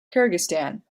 kyrgyzstan